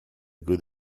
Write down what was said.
good